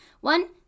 One